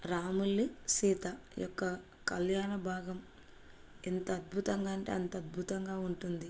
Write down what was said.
రాములు సీత ఈ యొక్క కళ్యాణ భాగం ఎంత అద్భుతంగా అంటే అంత అద్భుతంగా ఉంటుంది